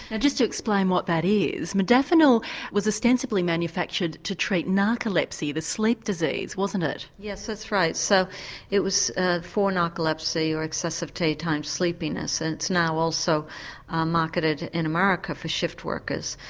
and just to explain what that is, modafinil was ostensibly manufactured to treat narcolepsy, the sleep disease, wasn't it? yes, that's right, so it was ah for narcolepsy or excessive daytime sleepiness, and it's now also marketed in america for shift workers.